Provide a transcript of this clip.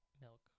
milk